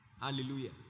Hallelujah